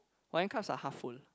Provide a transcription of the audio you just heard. wine cups are half full